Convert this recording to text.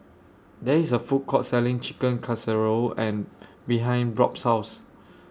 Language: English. There IS A Food Court Selling Chicken Casserole and behind Robb's House